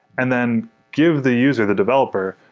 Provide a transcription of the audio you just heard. and then give the user, the developer,